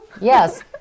Yes